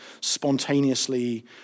spontaneously